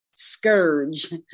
Scourge